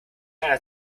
einer